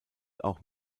auch